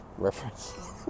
reference